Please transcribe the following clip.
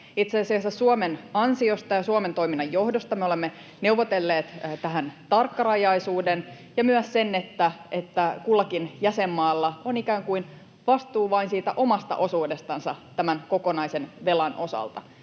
Itse asiassa Suomen ansiosta ja Suomen toiminnan johdosta me olemme neuvotelleet tähän tarkkarajaisuuden ja myös sen, että kullakin jäsenmaalla on vastuu vain siitä omasta osuudestansa tämän kokonaisen velan osalta.